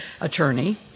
attorney